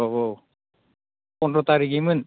औ औ फन्द्र थारिगैमोन